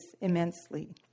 immensely